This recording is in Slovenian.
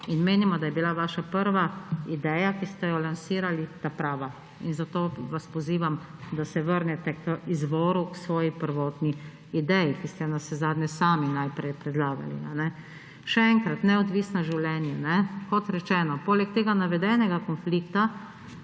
in menimo, da je bila vaša prva ideja, ki ste jo lansirali, prava. In zato vas pozivam, da se vrnete k izvoru, k svoji prvotni ideji, ki ste jo navsezadnje sami najprej predlagali. Še enkrat, neodvisno življenje. Kot rečeno, poleg tega navedenega konflikta